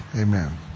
amen